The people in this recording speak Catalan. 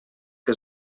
que